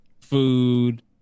food